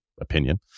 opinion